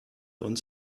uns